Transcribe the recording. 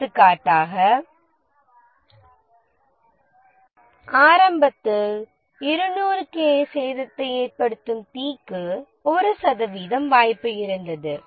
எடுத்துக்காட்டாக ஆரம்பத்தில் 200 கி சேதத்தை ஏற்படுத்தும் தீக்கு 1 சதவீதம் வாய்ப்பு இருந்தது